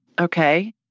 Okay